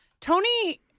Tony